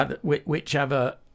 whichever